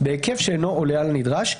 בהיקף שאינו עולה על הנדרש,